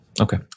Okay